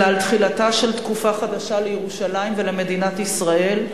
אלא על תחילתה של תקופה חדשה לירושלים ולמדינת ישראל,